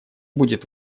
будет